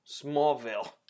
Smallville